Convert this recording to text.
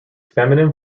feminine